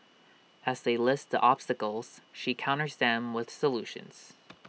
as they list the obstacles she counters them with solutions